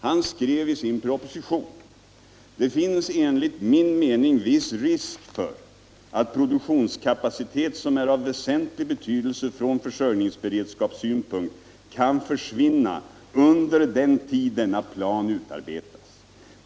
Han skrev i sin proposition: Det finns enligt min mening viss risk för att produktionskapacitet som är av väsentlig betydelse från försörjningsberedskapssynpunkt kan försvinna under den tid den tid denna plan utarbetas.